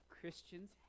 Christians